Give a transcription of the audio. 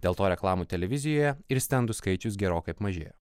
dėl to reklamų televizijoje ir stendų skaičius gerokai apmažėjo